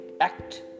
Act